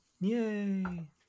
yay